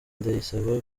ndayisaba